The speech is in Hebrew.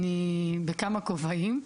אני בכמה כובעים,